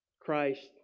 Christ